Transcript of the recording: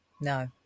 No